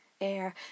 air